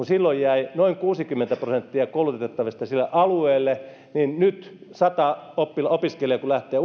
silloin noin kuusikymmentä prosenttia koulutettavista jäi alueelle niin nyt kun sata opiskelijaa lähtee